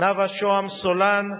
נאוה שוהם-סולן,